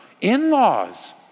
in-laws